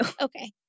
Okay